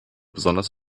besonders